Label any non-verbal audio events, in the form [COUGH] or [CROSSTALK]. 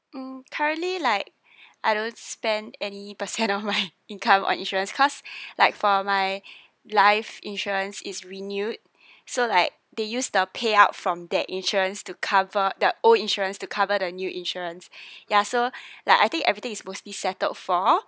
hmm currently like I don't spend any percent of [LAUGHS] my income on insurance cause [BREATH] like for my life insurance is renewed so like they use the payout from that insurance to cover the old insurance to cover the new insurance [BREATH] ya so like I think everything is mostly settled for